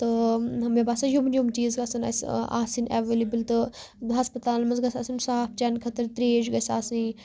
تہٕ مے باسان یُم یُم چیز گَژھن اسہِ آسن ایٚولیبٕل تہٕ ہسپَتال منٛز گَژھِ آسنۍ صاف چَنہٕ خٲطرٕ تریش گَژھہ آسٕنۍ